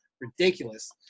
ridiculous